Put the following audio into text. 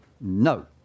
no